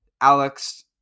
Alex